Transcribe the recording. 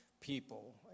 people